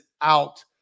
out